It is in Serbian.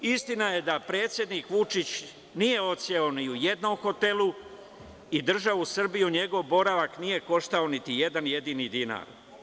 Istina je, da predsednik Vučić nije odseo ni u jednom hotelu i državu Srbiju njegov boravak nije koštao niti jedan jedini dinar.